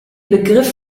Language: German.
begriff